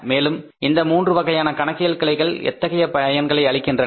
மேலும் இந்த மூன்று வகையான கணக்கியல் கிளைகள் எத்தகைய பயன்களை அளிக்கின்றன